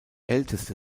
älteste